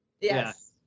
Yes